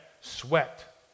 Sweat